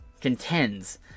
contends